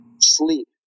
sleep